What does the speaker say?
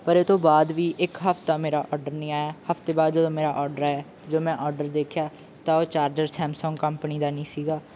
ਪਰ ਉਹ ਤੋਂ ਬਾਅਦ ਵੀ ਇੱਕ ਹਫ਼ਤਾ ਮੇਰਾ ਔਡਰ ਨਹੀਂ ਆਇਆ ਹਫ਼ਤੇ ਬਾਅਦ ਜਦੋਂ ਮੇਰਾ ਔਡਰ ਆਇਆ ਜਦੋਂ ਮੈਂ ਔਡਰ ਦੇਖਿਆ ਤਾਂ ਉਹ ਚਾਰਜਰ ਸੈਮਸੌਂਗ ਕੰਪਨੀ ਦਾ ਨਹੀਂ ਸੀਗਾ